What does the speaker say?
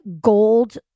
gold